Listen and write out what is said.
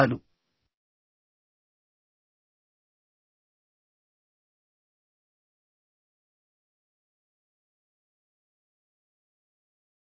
మంచి రోజు తో